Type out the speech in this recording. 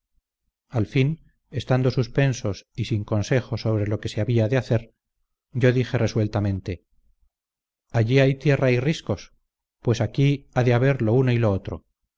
al fin estando suspensos y sin consejo sobre lo que se había de hacer yo dije resueltamente allí hay tierra y riscos pues aquí ha de haber lo uno y lo otro